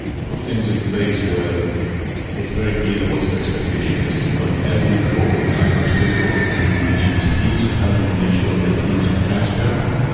to put things in place where it's very clear what's the expectation is. like as we grow in a hyper-scale growth, communication is key, so how do we make sure that teams are transparent?